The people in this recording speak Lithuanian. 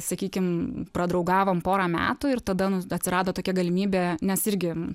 sakykim padraugavom pora metų ir tada nu atsirado tokia galimybė nes irgi